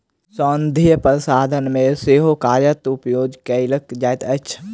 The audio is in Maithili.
सौन्दर्य प्रसाधन मे सेहो कागजक उपयोग कएल जाइत अछि